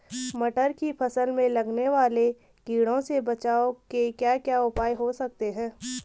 मटर की फसल में लगने वाले कीड़ों से बचाव के क्या क्या उपाय हो सकते हैं?